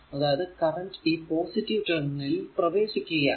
അതായതു കറന്റ് ഈ പോസിറ്റീവ് ടെർമിനലിൽ പ്രവേശിക്കുകയാണ്